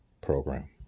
program